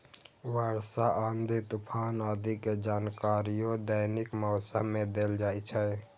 वर्षा, आंधी, तूफान आदि के जानकारियो दैनिक मौसम मे देल जाइ छै